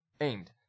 Aimed